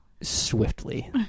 Swiftly